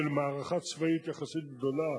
של מערכה צבאית יחסית גדולה,